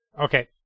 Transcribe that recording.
Okay